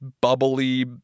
bubbly